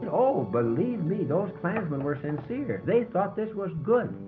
and oh, believe me, those klansmen were sincere. they thought this was good.